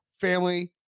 family